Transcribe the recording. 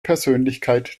persönlichkeit